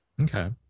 okay